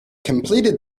completed